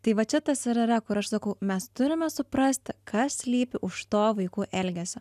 tai va čia tas ir yra kur aš sakau mes turime suprasti kas slypi už to vaikų elgesio